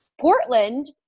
Portland